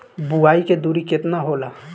बुआई के दुरी केतना होला?